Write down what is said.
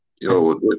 yo